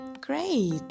Great